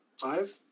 Five